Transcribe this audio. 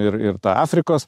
ir ir tą afrikos